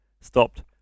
stopped